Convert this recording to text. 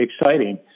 exciting